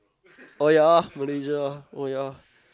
oh ya Malaysia oh ya